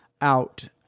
out